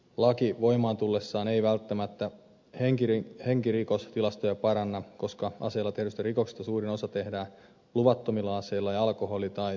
laki voimaan tullessaan ei välttämättä henkirikostilastoja paranna koska aseella tehdyistä rikoksista suurin osa tehdään luvattomilla aseilla ja alkoholi tai huumepäissään